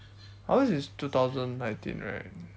ours is two thousand nineteen right